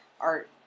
art